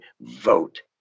vote